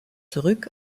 zurück